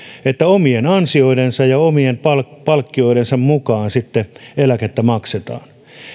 että omien ansioidensa ja omien palkkioidensa mukaan sitten eläkettä maksetaan